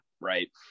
right